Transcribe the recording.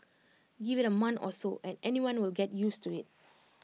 give IT A month or so and anyone will get used to IT